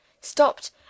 Stopped